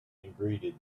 englishman